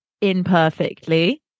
imperfectly